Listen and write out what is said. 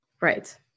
Right